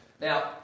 Now